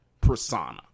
persona